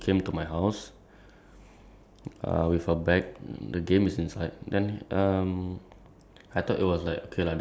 then I think I was borrowing a game from him ya so he came to my house cause we stayed like quite close he came to my house